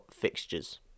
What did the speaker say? fixtures